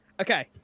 Okay